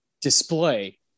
display